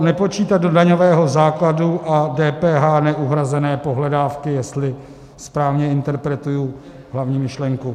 Nepočítat do daňového základu a DPH neuhrazené pohledávky, jestli správně interpretuji hlavní myšlenku.